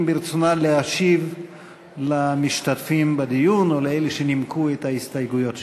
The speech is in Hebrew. אם ברצונה להשיב למשתתפים בדיון או לאלה שנימקו את ההסתייגויות שלהם.